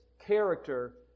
character